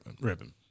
ribbon